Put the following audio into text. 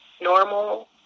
normal